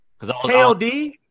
KOD